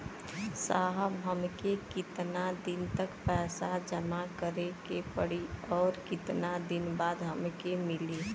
साहब हमके कितना दिन तक पैसा जमा करे के पड़ी और कितना दिन बाद हमके मिली?